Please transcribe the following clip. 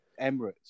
Emirates